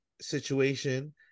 situation